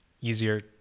Easier